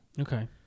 Okay